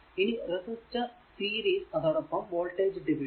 ഇനി resistor series അതോടൊപ്പം voltage division